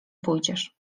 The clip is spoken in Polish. pójdziesz